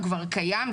הוא כבר קיים,